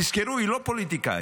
תזכרו, היא לא פוליטיקאית.